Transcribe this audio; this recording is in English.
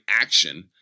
action